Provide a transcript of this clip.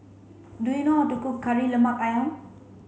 do you know how to cook Kari Lemak Ayam